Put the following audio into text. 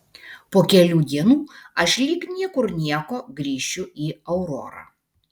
po kelių dienų aš lyg niekur nieko grįšiu į aurorą